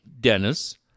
Dennis